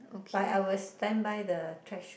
okay